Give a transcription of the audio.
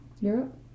Europe